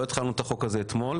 לא התחלנו את החוק הזה אתמול,